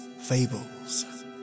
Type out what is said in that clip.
fables